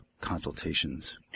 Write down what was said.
consultations